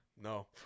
No